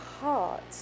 heart